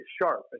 sharp